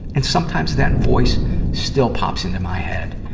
and sometimes that voice still pops into my head,